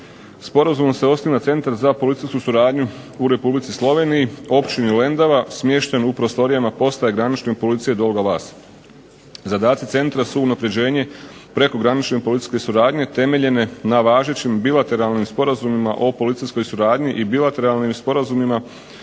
Sporazumom se osniva Centar za policijsku suradnju u Republici Sloveniji, općini Lendava, smješten u prostorijama postaje granične policije Dolga Vas. Zadaci centra su unapređenje prekogranične policijske suradnje temeljene na važećim bilateralnim sporazumima o policijskoj suradnji i bilateralnim sporazumima